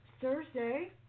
Thursday